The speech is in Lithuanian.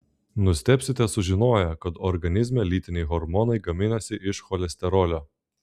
nustebsite sužinoję kad organizme lytiniai hormonai gaminasi iš cholesterolio